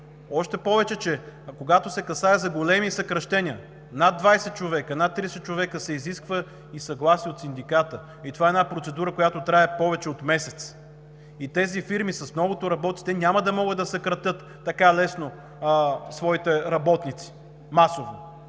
Още повече, че когато се касае за големи съкращения – над 20, 30 човека, се изисква и съгласие от синдиката. Това е процедура, която трае повече от месец! Фирмите с многото работници няма да могат да съкратят така лесно своите работници – масово,